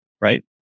right